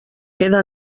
queda